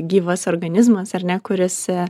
gyvas organizmas ar ne kuris